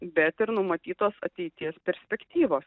bet ir numatytos ateities perspektyvos